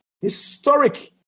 historic